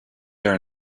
their